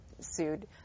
sued